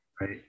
Right